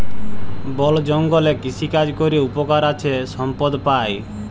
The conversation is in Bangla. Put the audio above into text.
বল জঙ্গলে কৃষিকাজ ক্যরে উপকার আছে সম্পদ পাই